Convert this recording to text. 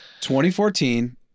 2014